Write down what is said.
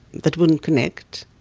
that wouldn't connect.